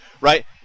right